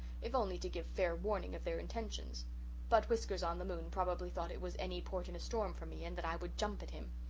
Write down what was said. if only to give fair warning of their intentions but whiskers-on-the-moon probably thought it was any port in a storm for me and that i would jump at him.